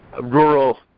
rural